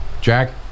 Jack